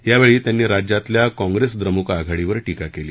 यावेळी त्यांनी राज्यातल्या काँप्रेस द्रमुक आघाडीवर टीका केली